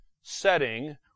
setting